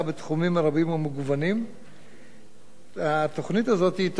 התוכנית הזאת היא תוכנית שמבוססת גם על מחקרים שנעשו,